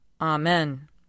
Amen